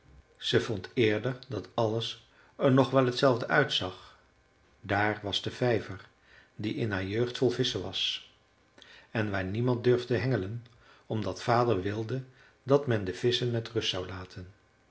ze vond eerder dat alles er nog wel t zelfde uitzag daar was de vijver die in haar jeugd vol visschen was en waar niemand durfde hengelen omdat vader wilde dat men de visschen met rust zou laten